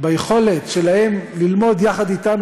ביכולת שלהם ללמוד יחד אתנו,